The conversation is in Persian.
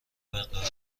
مقدار